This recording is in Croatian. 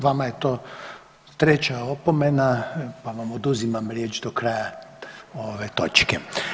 Vama je to treća opomena, pa vam oduzimam riječ do kraja ove točke.